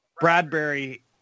Bradbury